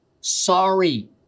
sorry